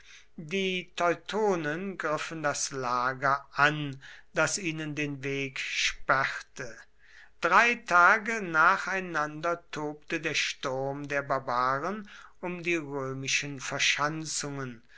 die teutonen griffen das lager an das ihnen den weg sperrte drei tage nacheinander tobte der sturm der barbaren um die römischen verschanzungen